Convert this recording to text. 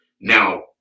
Now